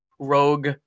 Rogue